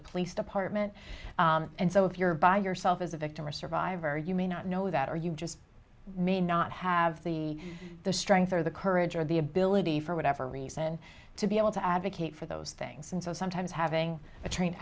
the police department and so if you're by yourself as a victim or survivor you may not know that or you just may not have the strength of the courage or the ability for whatever reason to be able to advocate for those things and so sometimes having a train